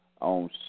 on